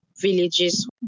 villages